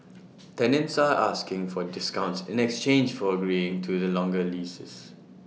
tenants are asking for discounts in exchange for agreeing to the longer leases